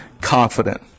confident